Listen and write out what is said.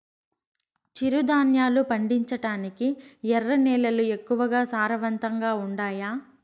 చిరుధాన్యాలు పండించటానికి ఎర్ర నేలలు ఎక్కువగా సారవంతంగా ఉండాయా